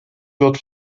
wird